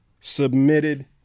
submitted